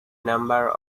number